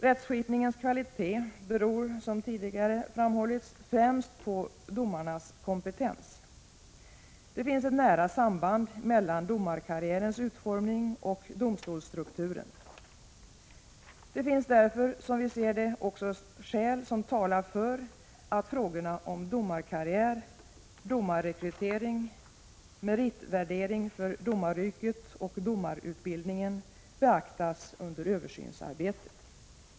Rättskipningens kvalitet beror, som tidigare framhållits, främst på domarnas kompetens. Det finns ett nära samband mellan domarkarriärens utformning och domstolsstrukturen. Det finns därför, som vi ser det, också skäl som talar för att frågorna om domarkarriär, domarrekrytering, meritvärdering för domaryrket och domarutbildning beaktas under översynsarbetet.